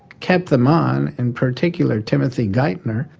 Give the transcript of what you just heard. kept them on, in particular timothy geithner,